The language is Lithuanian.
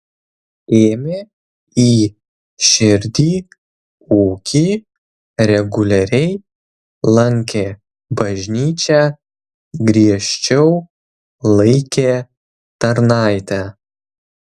ėmė į širdį ūkį reguliariai lankė bažnyčią griežčiau laikė tarnaitę